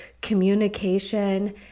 communication